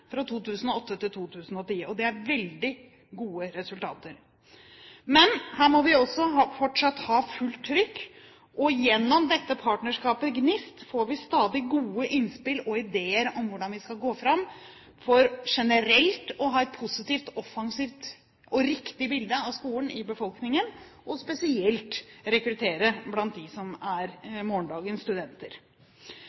fra 2008 til 2010, og det er veldig gode resultater. Men her må vi fortsatt ha fullt trykk, og gjennom partnerskapet i GNIST får vi stadig gode innspill og ideer til hvordan vi skal gå fram for generelt å ha et positivt, offensivt og riktig bilde av skolen i befolkningen, og spesielt for å rekruttere blant dem som er